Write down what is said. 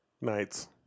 nights